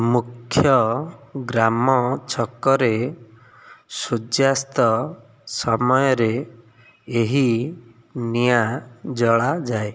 ମୁଖ୍ୟ ଗ୍ରାମ ଛକରେ ସୂର୍ଯ୍ୟାସ୍ତ ସମୟରେ ଏହି ନିଆଁ ଜଳାଯାଏ